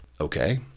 Okay